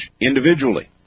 individually